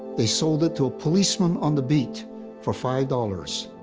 they sold it to a policeman on the beat for five dollars.